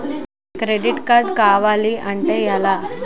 Credit card కావాలి అంటే ఎలా?